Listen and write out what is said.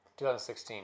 2016